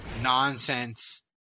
nonsense